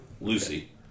Lucy